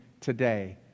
today